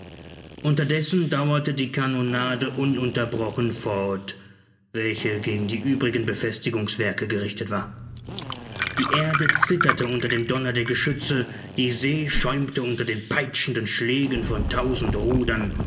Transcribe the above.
unterdessen dauerte die kanonade ununterbrochen fort welche gegen die übrigen befestigungswerke gerichtet war die erde zitterte unter dem donner der geschütze die see schäumte unter den peitschenden schlägen von tausend rudern